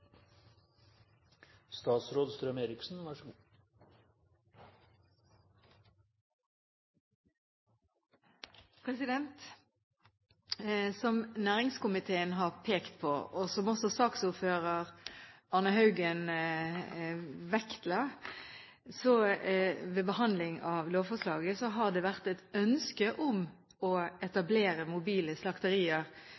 Som næringskomiteen har pekt på, og som også saksordføreren, Arne L. Haugen, vektla ved behandling av lovforslaget, har det vært et ønske om å